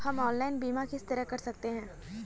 हम ऑनलाइन बीमा किस तरह कर सकते हैं?